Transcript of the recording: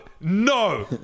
no